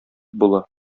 була